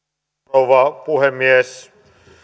rouva puhemies